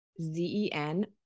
Z-E-N